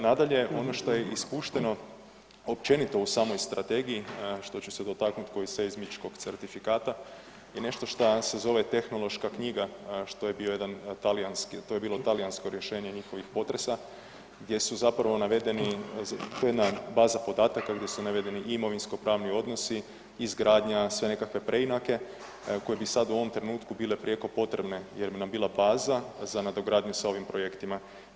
Nadalje, ono šta je ispušteno općenito u samoj strategiji što će se dotaknuti ko i seizmičkog certifikata je nešto šta nam se zove tehnološka knjiga što je bio jedan talijanski, to je bilo talijansko rješenje njihovih potresa gdje su zapravo navedeni, to je jedna baza podataka gdje su navedeni imovinski pravni odnosi, izgradnja, sve nekakve preinake koje bi sad u ovom trenutku bile prijeko potrebne jer bi nam bila baza za nadogradnju sa ovim projektima.